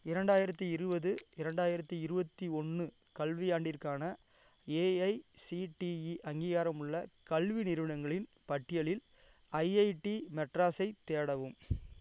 இரண்டாயிரத்து இருபது இரண்டாயிரத்து இருபத்தி ஒன்று கல்வியாண்டிற்கான ஏஐசிடிஇ அங்கீகாரமுள்ள கல்வி நிறுவனங்களின் பட்டியலில் ஐஐடி மெட்ராஸைத் தேடவும்